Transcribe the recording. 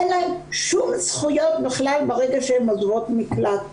אין להן שום זכויות ברגע שהן עוזבות מקלט.